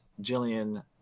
Jillian